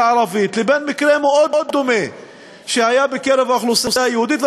הערבית ומקרה מאוד דומה שהיה בקרב האוכלוסייה היהודית,